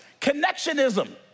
connectionism